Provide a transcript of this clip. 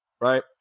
right